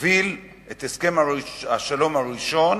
הוביל את הסכם השלום הראשון,